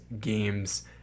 games